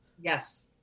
Yes